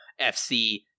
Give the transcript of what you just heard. FC